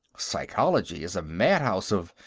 psychology is a madhouse of.